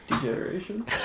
degeneration